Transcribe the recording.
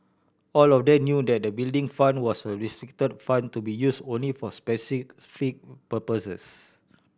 all of them knew that the Building Fund was a restricted fund to be use only for specific purposes